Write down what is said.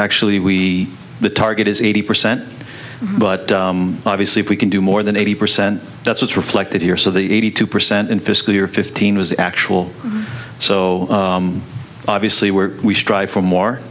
actually we the target is eighty percent but obviously if we can do more than eighty percent that's what's reflected here so the eighty two percent in fiscal year fifteen was actual so obviously were we strive for more